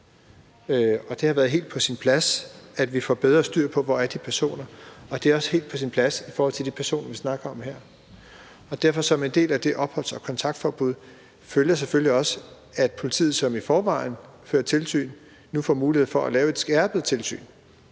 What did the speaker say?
det er helt på sin plads, at vi får bedre styr på, hvor de personer er, og det er også helt på sin plads i forhold til de personer, vi snakker om her. Derfor følger det selvfølgelig også som en del af de her opholds- og kontaktforbud, at politiet, som i forvejen fører tilsyn, nu får mulighed for at lave et skærpet tilsyn